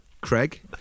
Craig